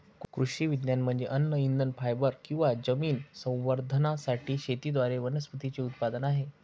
कृषी विज्ञान म्हणजे अन्न इंधन फायबर किंवा जमीन संवर्धनासाठी शेतीद्वारे वनस्पतींचे उत्पादन आहे